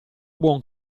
buon